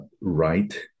right